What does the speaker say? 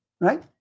Right